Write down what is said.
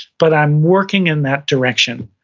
but i'm working in that direction.